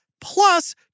plus